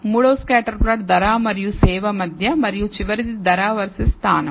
మూడవ scatter plot ధర మరియు సేవ మధ్య మరియు చివరిది ధర వర్సెస్ స్థానం